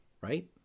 right